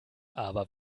aber